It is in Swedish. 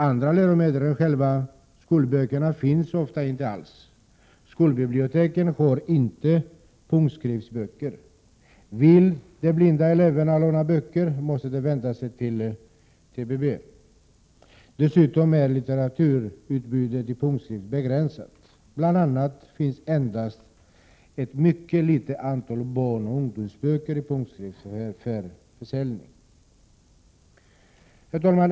Andra läromedel än själva skolböckerna finns ofta inte alls. Skolbiblioteken har inte punktskriftsböcker. Vill de blinda eleverna låna böcker måste de vända sig till TPB. Dessutom är litteraturutbudet i punktskrift begränsat. Det finns t.ex. ett mycket litet antal barnoch ungdomsböcker i punktskrift för försäljning. Herr talman!